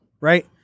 right